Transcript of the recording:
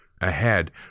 Ahead